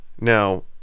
Now